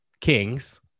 kings